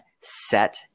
set